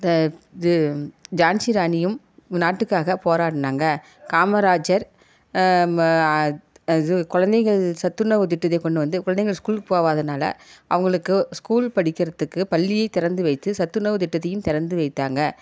ஜான்சி ராணியும் நாட்டுக்காக போராடினாங்க காமராஜர் குழந்தைகள் சத்துணவு திட்டத்தை கொண்டு வந்து குழந்தைங்கள் ஸ்கூலுக்கு போகாதனால அவங்களுக்கு ஸ்கூல் படிக்கிறதுக்கு பள்ளியை திறந்து வைத்து சத்துணவு திட்டத்தையும் திறந்து வைத்தாங்க